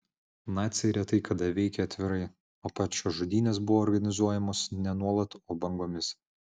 naciai retai kada veikė atvirai o pačios žudynės buvo organizuojamos ne nuolat o bangomis